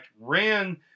ran